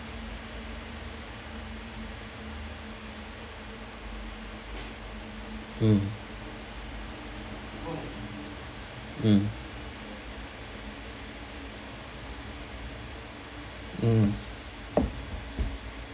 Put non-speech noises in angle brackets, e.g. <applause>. mm <noise> mm mm <noise>